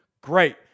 great